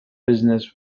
business